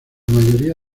mayoría